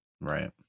Right